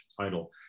title